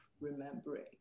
remembering